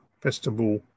festival